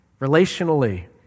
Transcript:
Relationally